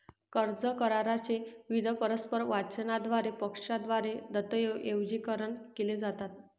कर्ज करारा चे विविध परस्पर वचनांद्वारे पक्षांद्वारे दस्तऐवजीकरण केले जातात